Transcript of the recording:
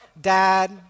dad